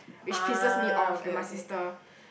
which pisses me off and my sister